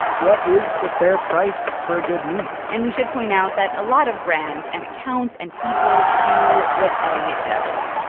what is the fair price for a good meme? and we should point out that a lot of brands and accounts and people do what elliot does.